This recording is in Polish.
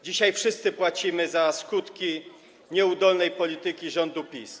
Dzisiaj wszyscy płacimy za skutki nieudolnej polityki rządu PiS.